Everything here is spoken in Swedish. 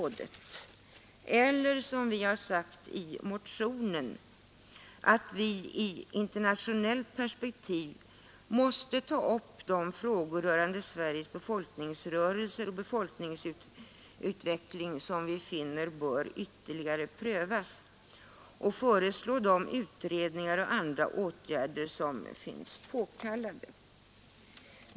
Det är alltså som vi har skrivit i motionen, att vi i internationellt perspektiv måste ta upp de frågor rörande Sveriges befolkningsrörelser och befolkningsutveckling som vi finner bör ytterligare prövas och föreslå de utredningar och andra åtgärder som befinnes påkallade.